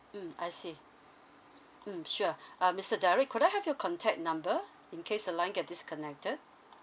mmhmm I see mmhmm sure uh mister derrick could I have your contact number in case the line gets disconnected